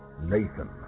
Nathan